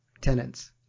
tenants